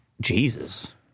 Jesus